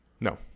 No